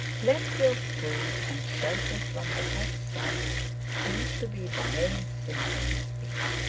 plenty of food and shelter from the hot sun seem to be the main things with piggy.